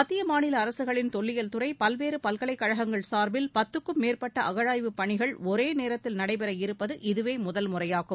மத்திய மாநில அரசுகளின் தொல்லியல் துறை பல்வேறு பல்கலைக் கழகங்கள் சாா்பில் பத்துக்கும் மேற்பட்ட அகழாய்வு பணிகள் ஒரே நேரத்தில் நடைபெற இருப்பது இதுவே முதல்முறையாகும்